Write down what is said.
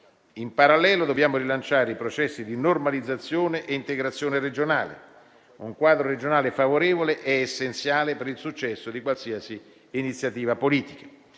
In parallelo, dobbiamo rilanciare i processi di normalizzazione e integrazione regionale. Un quadro regionale favorevole è essenziale per il successo di qualsiasi iniziativa politica.